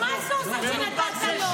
אז מה זה עוזר שנתת לו?